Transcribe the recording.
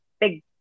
big